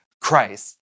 Christ